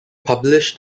published